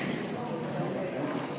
Hvala